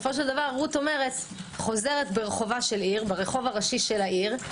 היא חוזרת ברחוב הראשי של העיר,